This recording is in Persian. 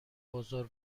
بازار